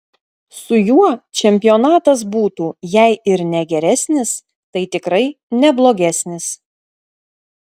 su juo čempionatas būtų jei ir ne geresnis tai tikrai ne blogesnis